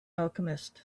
alchemist